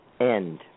end